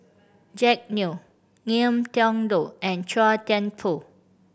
Jack Neo Ngiam Tong Dow and Chua Thian Poh